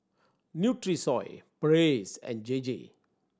Nutrisoy Praise and J J